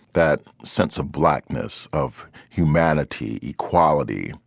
that sense of blackness, of humanity, equality,